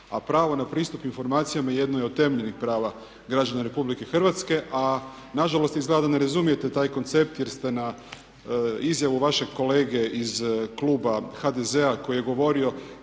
a pravo na pristup informacijama jedno je od temeljnih prava građana Republike Hrvatske. A na žalost, izgleda da ne razumijete taj koncept jer ste na izjavu vašeg kolege iz kluba HDZ-a koji je govorio